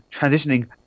transitioning